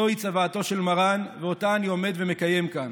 זוהי צוואתו של מרן ואותה אני עומד ומקיים כאן.